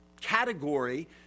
category